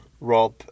Rob